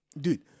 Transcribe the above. Dude